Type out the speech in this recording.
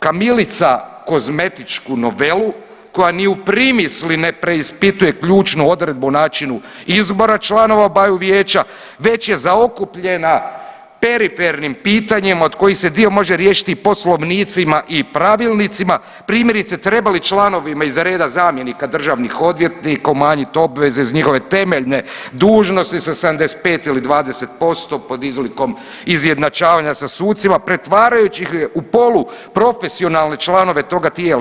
Kamilica kozmetičku novelu koja ni u primisli ne preispituje ključnu odredbu o načinu izbora članova obaju vijeća već je zaokupljena perifernim pitanjem od kojih se dio može riješiti poslovnicima i pravilnicima primjerice treba li članovima iz reda zamjenika državnih odvjetnika umanjit obveze iz njihove temeljne dužnosti sa 75 ili 20% pod izlikom izjednačavanja sa sucima pretvarajući ih u poluprofesionalne članove toga tijela.